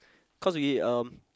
cause we um